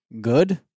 good